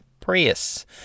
Prius